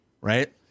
Right